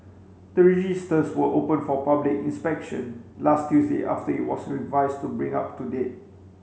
the registers were opened for public inspection last Tuesday after it was revised to bring it up to date